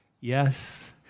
yes